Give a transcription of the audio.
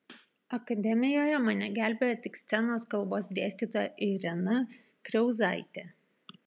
akademijoje mane gelbėjo tik scenos kalbos dėstytoja irena kriauzaitė